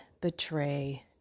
betray